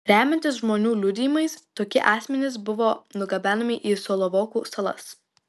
remiantis žmonių liudijimais tokie asmenys buvo nugabenami į solovkų salas